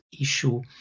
issue